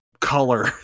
color